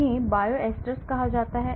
इन्हें Bioisosteres कहा जा सकता है